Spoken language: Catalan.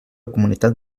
comunitat